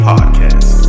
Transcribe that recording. Podcast